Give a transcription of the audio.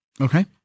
Okay